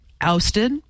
ousted